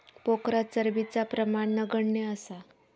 पोखरात चरबीचा प्रमाण नगण्य असा